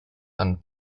and